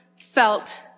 felt